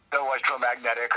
electromagnetic